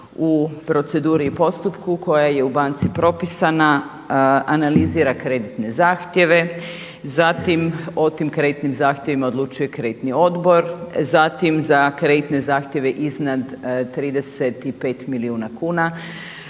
u proceduri i postupku koja je u banci propisana, analizira kreditne zahtjeve, zatim o tim kreditnim zahtjevima odlučuje kreditni odbor. Zatim za kreditne zahtjeve iznad 35 milijuna kuna,